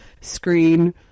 screen